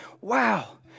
wow